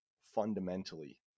fundamentally